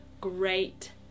great